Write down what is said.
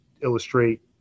illustrate